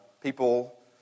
people